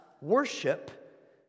worship